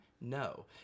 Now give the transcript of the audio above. No